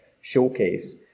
showcase